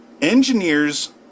Engineers